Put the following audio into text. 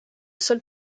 seul